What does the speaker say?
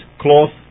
cloth